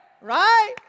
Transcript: Right